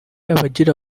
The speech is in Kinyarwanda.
abagira